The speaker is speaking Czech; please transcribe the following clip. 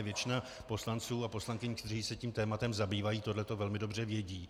Většina poslanců a poslankyň, kteří se tím tématem zabývají, tohle velmi dobře ví.